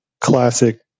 classic